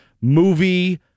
movie